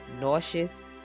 nauseous